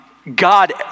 God